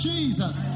Jesus